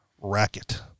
racket